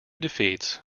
defeats